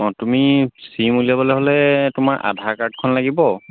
অঁ তুমি চিম উলিয়াবলৈ হ'লে তোমাৰ আধাৰ কাৰ্ডখন লাগিব